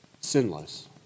sinless